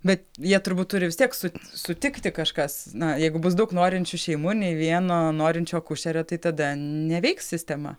bet jie turbūt turi vis tiek su sutikti kažkas na jeigu bus daug norinčių šeimų nei vieno norinčio akušerio tai tada neveiks sistema